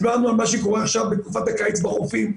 דיברנו על מה שקורה עכשיו בתקופת הקיץ בחופים,